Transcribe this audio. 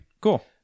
cool